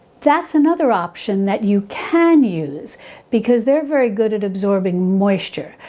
that's another option that you can use because they're very good at absorbing moisture.